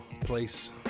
place